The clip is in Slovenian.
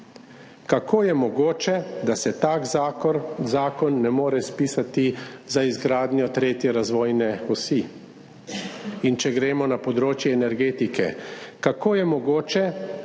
Kako je mogoče, da se tak zakon ne more spisati za izgradnjo tretje razvojne osi? In če gremo na področje energetike, kako je mogoče,